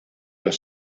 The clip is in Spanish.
los